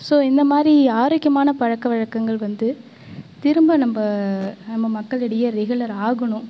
so இந்த மாதிரி ஆரோக்கியமான பழக்க வழக்கங்கள் வந்து திரும்ப நம்ம நம்ம மக்களிடையே ரெகுலர் ஆகணும்